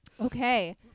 Okay